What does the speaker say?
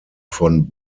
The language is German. von